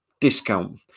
discount